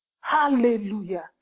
Hallelujah